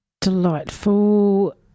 delightful